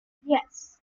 yes